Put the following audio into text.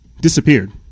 disappeared